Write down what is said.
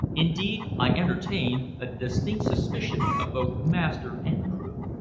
indeed, i entertained a distinct suspicion of both master and crew.